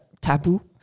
taboo